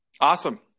Awesome